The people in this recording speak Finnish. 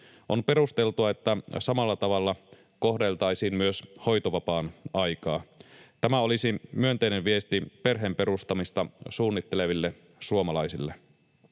On perusteltua, että samalla tavalla kohdeltaisiin myös hoitovapaan aikaa. Tämä olisi myönteinen viesti perheen perustamista suunnitteleville suomalaisille.